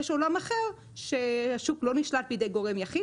יש עולם אחר שהשוק לא נשלט בידי גורם יחיד,